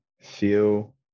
feel